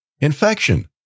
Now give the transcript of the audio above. infection